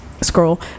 scroll